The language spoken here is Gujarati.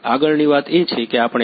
આગળની વાત એ છે કે આપણે એ